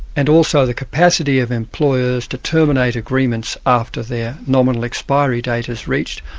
and also the capacity of employers to terminate agreements after their nominal expiry date is reached,